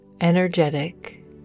energetic